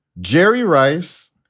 jerry rice.